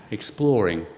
exploring,